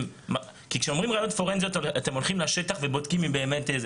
כי כשאומרים ראיות פורנזיות אתם הולכים לשטח ובודקים אם באמת,